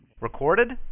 Recorded